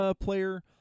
player